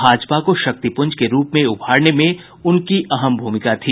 भाजपा को शक्तिपुंज के रूप में उभारने में उनकी अहम भूमिका थी